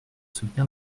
soutenir